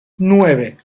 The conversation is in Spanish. nueve